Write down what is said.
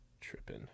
Tripping